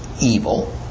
evil